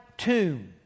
tomb